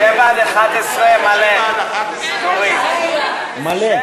תוריד 7